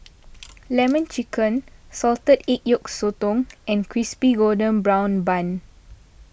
Lemon Chicken Salted Egg Yolk Sotong and Crispy Golden Brown Bun